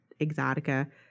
Exotica